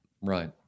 Right